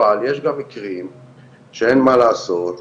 אבל יש גם מקרים שאין מה לעשות,